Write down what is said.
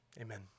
Amen